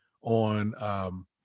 on